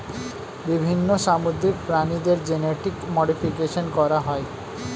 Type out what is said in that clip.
বিভিন্ন সামুদ্রিক প্রাণীদের জেনেটিক মডিফিকেশন করা হয়